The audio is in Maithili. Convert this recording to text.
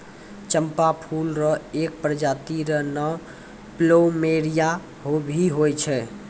चंपा फूल र एक प्रजाति र नाम प्लूमेरिया भी होय छै